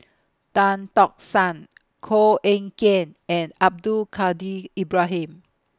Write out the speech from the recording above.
Tan Tock San Koh Eng Kian and Abdul Kadir Ibrahim